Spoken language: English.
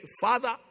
Father